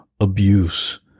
abuse